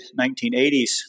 1980s